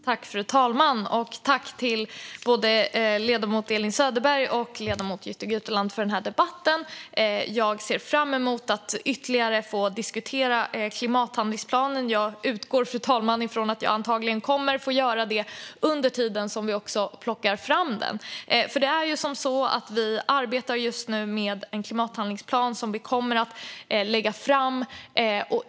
Fru talman! Jag tackar ledamöterna Elin Söderberg och Jytte Guteland för debatten. Jag ser fram emot att få diskutera klimathandlingsplanen ytterligare - något jag utgår från att jag kommer att få göra även under tiden som vi tar fram den. Vi arbetar just nu med en klimathandlingsplan som vi kommer att lägga fram.